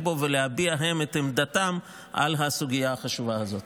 בו ולהביע הם את עמדתם על הסוגיה החשובה הזאת.